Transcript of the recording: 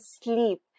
sleep